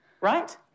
right